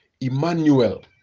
Emmanuel